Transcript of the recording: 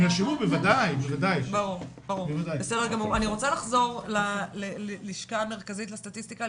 אני מבקשת לחזור ללשכה המרכזית לסטטיסטיקה,